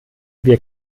wir